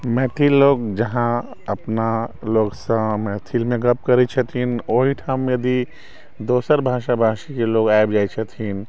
मैथिल लोग जहाँ अपना लोगसँ मैथिलमे गप्प करै छथिन ओहिठाम यदि दोसर भाषा भाषी जे लोग आबि जाइ छथिन